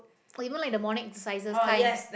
even like the morning exercises kind